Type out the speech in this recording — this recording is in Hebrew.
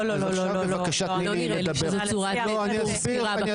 לא, לא נראה לי שזו צורת דיבור בכנסת.